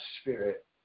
spirit